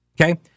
Okay